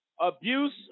abuse